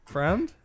Friend